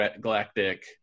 Galactic